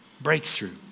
breakthrough